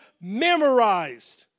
Memorized